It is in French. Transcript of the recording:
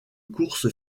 course